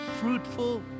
fruitful